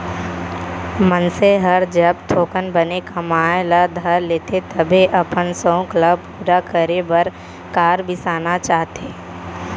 मनसे हर जब थोकन बने कमाए ल धर लेथे तभे अपन सउख ल पूरा करे बर कार बिसाना चाहथे